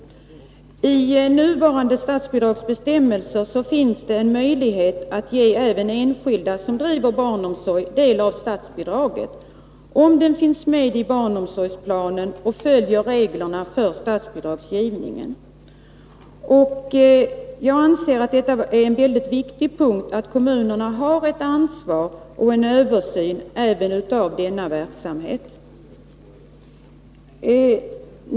I nuvarande statsbidragsbestämmelser finns det en möjlighet att ge även enskilda som bedriver barnomsorg del av statsbidraget, om de finns med i barnomsorgsplanerna och följer reglerna för statsbidragsgivningen. Jag anser att det är en viktig punkt att kommunerna har ansvar och överinseende även för denna verksamhet.